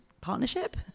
partnership